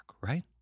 right